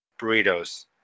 burritos